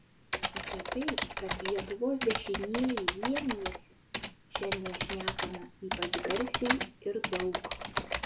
apie tai kad lietuvos dešinieji vienijasi šiandien šnekama ypač garsiai ir daug